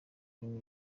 rurimi